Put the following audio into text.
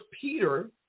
Peter